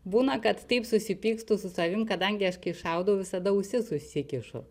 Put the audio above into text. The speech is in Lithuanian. būna kad taip susipykstu su savim kadangi aš kai šaudau visada ausis užsikišu